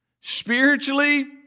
Spiritually